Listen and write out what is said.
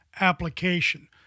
application